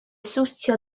siwtio